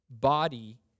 body